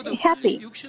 happy